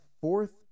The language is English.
fourth